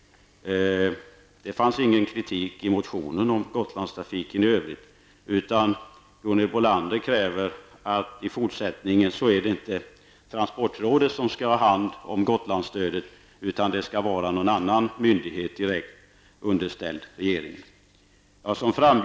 Det fanns i motionen ingen kritik mot Gotlandstrafiken i övrigt. Gunhild Bolander kräver att det i fortsättningen inte skall vara transportrådet som har hand om Gotlandsstödet, utan att det skall vara någon annan myndighet direkt underställd regeringen.